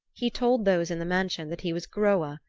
he told those in the mansion that he was groa,